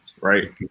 right